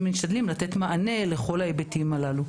ומשתדלים לתת מענה לכל ההיבטים הללו.